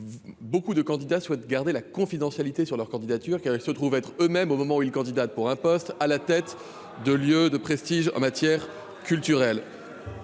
beaucoup de candidats souhaitent garder la confidentialité sur leur candidature car elle se trouve être eux-mêmes au moment où une candidate pour un poste à la tête de lieux de prestige en matière culturelle,